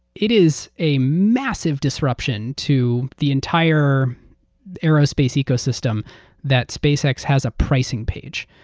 it is a massive disruption to the entire aerospace ecosystem that spacex has a pricing page.